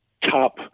top